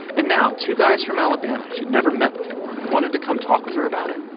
and now two guys from alabama she'd never met before wanted to come talk with her about it.